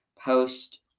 post